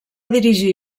dirigir